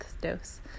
dose